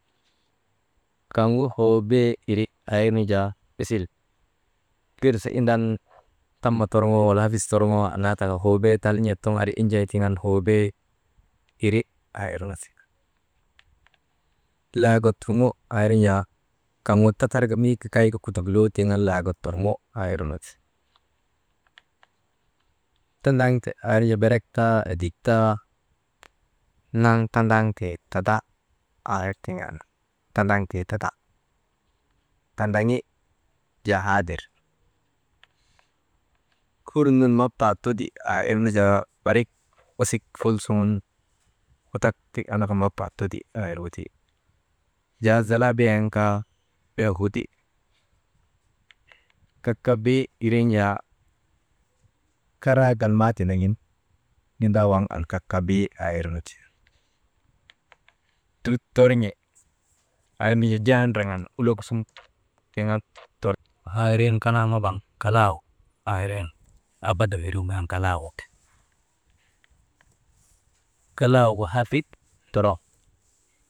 Kaŋgu hoobee iri aa irnu jaa misil gersu indan tama torŋoo wala hafis torŋoo annaa taka hoobee tal n̰at suŋun ari injay tiŋ an hoobee iri aa irnu ti, laaga turŋo aa irnu jaa kaŋgu tatarka mii gagayka kudukuloo tiŋ an laaga turŋo aairnu ti, tandaŋte aa irnu jaa berek taa edik taa naŋ tandaŋtee tata aa ir tiŋ an tandaŋtee tata, tandaŋi jaa haadir, fur nun mapaa tudi aa irnu jaa barik wasik fulsuŋun wudak tik an mapaa tudi aa irgu ti, wujaa zalaa biyen kaa bee udi, kapkabii irin jaa karaa galmaa tindagin mindaaa waŋ an kapkabii aa irnu ti, tut torŋi aa irnu jaa, jaa ndraŋan ulok suŋun tut, aa irin kanaa mabaŋ kalagu aa irin abada iregu an kalaagu ti, kalaagu hafit ndoroŋ.